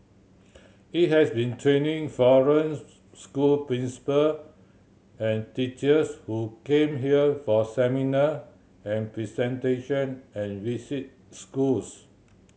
it has been training foreign school principal and teachers who came here for seminar and presentation and visit schools